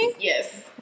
yes